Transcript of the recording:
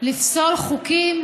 לפסול חוקים